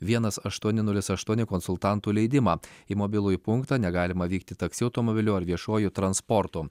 vienas aštuoni nulis aštuoni konsultantų leidimą į mobilųjį punktą negalima vykti taksi automobiliu ar viešuoju transportu